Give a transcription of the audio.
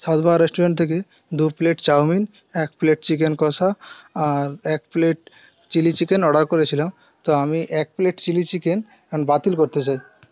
Salva restaurant থেকে দু plate chow mein এক প্লেট চিকেন কষা আর এক প্লেট চিলি চিকেন অর্ডার করেছিলাম তো আমি এক প্লেট চিলি চিকেন বাতিল করতে চাই